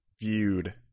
viewed